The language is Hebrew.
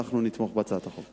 אנחנו נתמוך בהצעת החוק.